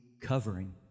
covering